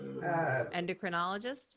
endocrinologist